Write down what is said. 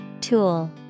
Tool